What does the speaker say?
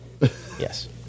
yes